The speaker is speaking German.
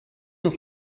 noch